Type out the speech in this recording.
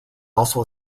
also